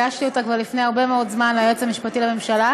הגשתי אותה כבר לפני הרבה מאוד זמן ליועץ המשפטי לממשלה,